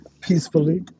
peacefully